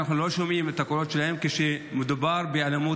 אנחנו לא שומעים את הקולות שלהם כשמדובר באלימות